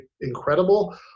incredible